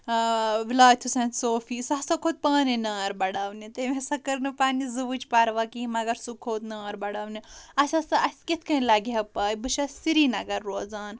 ولایت حسین صوفی سُہ ہسا کھوٚت پانے نار بَڑاونہِ تٔمۍ ہسا کٔر نہٕ پَنٕنہِ زُوٕچ پَروا کِہنٛۍ مَگر سُہ کھوٚت نار بَڑاونہِ اَسہِ ہسا اسہِ کِتھ کٕنۍ لَگہِ ہا پَے بہٕ چھس سری نگر روزان